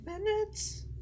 minutes